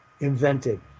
invented